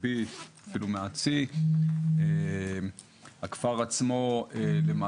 B ואפילו מעט C. למעשה,